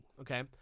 okay